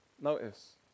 Notice